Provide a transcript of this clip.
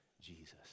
Jesus